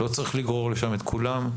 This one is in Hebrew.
לא צריך לגרור לשם את כולם,